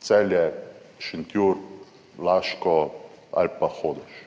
Celje, Šentjur, Laško ali pa Hodoš.